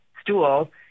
stool